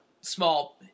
Small